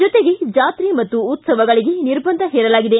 ಜೊತೆಗೆ ಜಾತ್ರೆ ಮತ್ತು ಉತ್ಸವಗಳಿಗೆ ನಿರ್ಬಂಧ ಹೇರಲಾಗಿದೆ